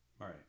right